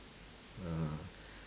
uh